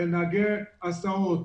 נהגי הסעות,